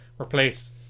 replace